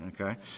okay